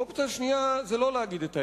אופציה שנייה היא לא להגיד את האמת,